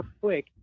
quick